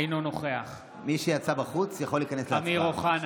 אינו נוכח אמיר אוחנה,